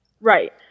Right